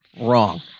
wrong